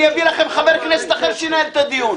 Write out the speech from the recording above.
אני אביא לכם חבר כנסת אחר שינהל את הדיון.